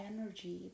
energy